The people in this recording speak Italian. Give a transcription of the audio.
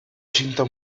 cinta